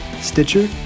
Stitcher